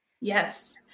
yes